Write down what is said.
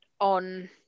on